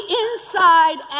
inside